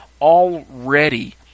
already